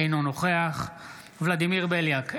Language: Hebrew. אינו נוכח ולדימיר בליאק,